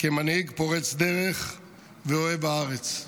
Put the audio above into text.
כמנהיג פורץ דרך ואוהב הארץ.